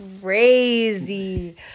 crazy